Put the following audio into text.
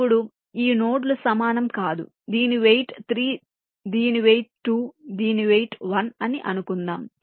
ఇప్పుడు ఈ నోడ్లు సమానం కాదు దీని వెయిట్ 3 దీని వెయిట్ 2 దీని వెయిట్ 1 అని చెఅనుకుందాం